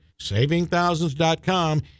Savingthousands.com